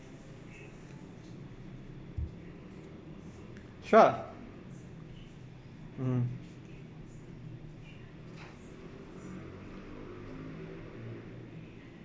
sure mmhmm